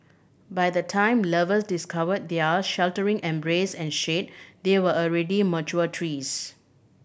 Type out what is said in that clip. by the time lovers discovered their sheltering embrace and shade they were already mature trees